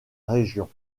région